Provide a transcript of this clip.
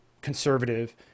conservative